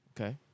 Okay